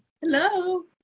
Hello